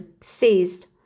ceased